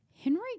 Henry